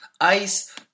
Ice